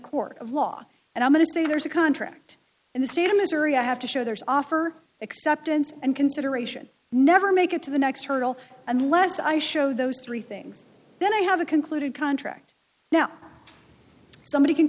court of law and i'm going to say there's a contract in the state of missouri i have to show there is offer acceptance and consideration never make it to the next hurdle unless i show those three things then i have a concluded contract now somebody can